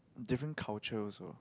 different culture also